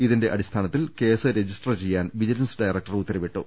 ഇതിന്റെ അടി സ്ഥാനത്തിൽ കേസ് രജിസ്റ്റർ ചെയ്യാൻ വിജിലൻസ് ഡയറക്ടർ ഉത്തരവി ട്ടു